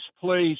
place